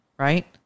Right